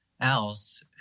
else